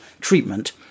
treatment